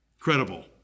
credible